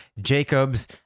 Jacobs